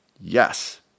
Yes